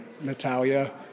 Natalia